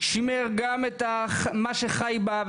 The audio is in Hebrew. שימר גם את מה שחי בה,